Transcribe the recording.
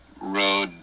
road